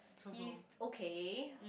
he's okay